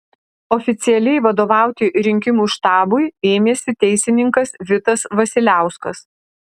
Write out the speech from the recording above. oficialiai vadovauti rinkimų štabui ėmėsi teisininkas vitas vasiliauskas